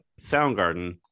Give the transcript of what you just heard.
Soundgarden